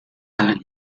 alan